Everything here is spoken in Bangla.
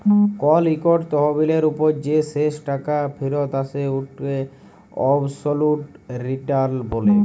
কল ইকট তহবিলের উপর যে শেষ টাকা ফিরত আসে উটকে অবসলুট রিটার্ল ব্যলে